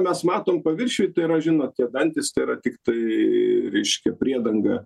mes matom paviršiuj tai yra žinot tie dantys tai yra tiktai reiškia priedanga